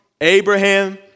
Abraham